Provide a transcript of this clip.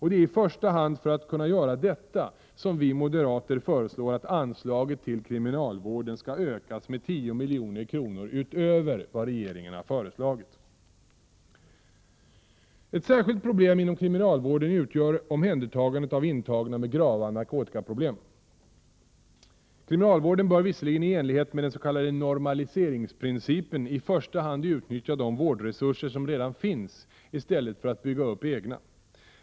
Det är i första hand för att kunna göra detta som vi moderater föreslår att anslaget till kriminalvården skall ökas med 10 milj.kr. utöver vad regeringen har föreslagit. Ett särskilt problem inom kriminalvården utgör omhändertagandet av intagna med grava narkotikaproblem. Kriminalvården bör visserligen i enlighet med den s.k. normaliseringsprincipen i första hand utnyttja de vårdresurser som redan finns i stället för att bygga upp egna.